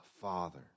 Father